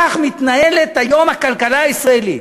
כך מתנהלת היום הכלכלה הישראלית.